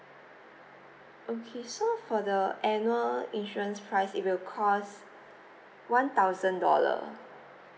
okay so for the annual insurance price it will cost one thousand dollar